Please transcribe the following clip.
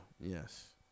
Yes